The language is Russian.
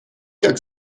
как